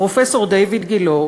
הפרופסור דיויד גילה,